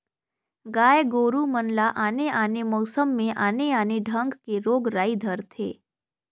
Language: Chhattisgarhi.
गाय गोरु मन ल आने आने मउसम में आने आने ढंग के रोग राई धरथे